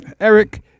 Eric